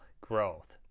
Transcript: growth